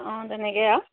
অঁ তেনেকে আৰু